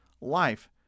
life